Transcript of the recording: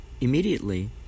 immediately